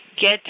get